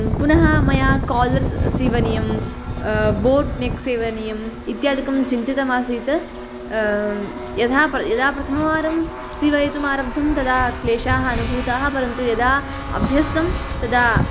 पुनः मया कालर्स् सीवनीयं बोट् नेक् सीवनीयं इत्यादिकं चिन्तितमासीत् यदा यदा प्रथम वारं सीवयितुं आरब्धं तदा क्लेशाः अनुभूताः परन्तु यदा अभ्यस्तं तदा